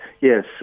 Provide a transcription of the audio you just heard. yes